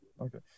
Okay